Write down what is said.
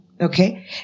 Okay